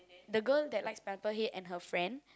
the girl that likes Pineapple Head and her friend